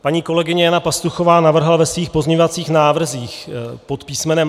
Paní kolegyně Jana Pastuchová navrhla ve svých pozměňovacích návrzích pod písmenem